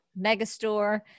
Megastore